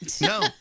No